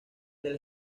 del